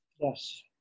Yes